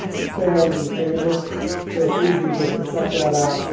sand in the paper so it's easier just to cut that out,